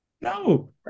No